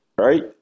right